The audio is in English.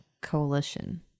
coalition